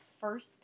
first